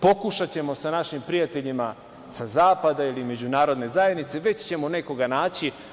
Pokušaćemo sa našim prijateljima sa zapada ili međunarodne zajednice, već ćemo nekoga naći.